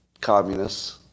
communists